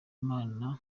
imana